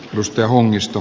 jos työ onnistu